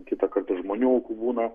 kitąkart ir žmonių aukų būna